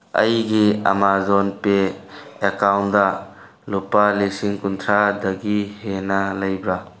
ꯑꯩꯒꯤ Amazon pay ꯑꯦꯀꯥꯎꯟꯗ ꯂꯨꯄꯥ ꯂꯤꯁꯤꯡ ꯀꯨꯟꯊ꯭ꯔꯥꯗꯒꯤ ꯍꯦꯟꯅ ꯂꯩꯕ꯭ꯔꯥ